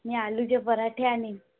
मी आलूचे पराठे आणीन